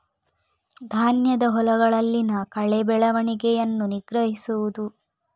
ಧಾನ್ಯದ ಹೊಲಗಳಲ್ಲಿನ ಕಳೆ ಬೆಳವಣಿಗೆಯನ್ನು ನಿಗ್ರಹಿಸುವುದು